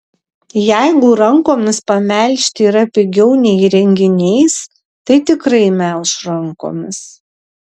jeigu rankomis pamelžti yra pigiau nei įrenginiais tai tikrai melš rankomis